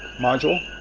module.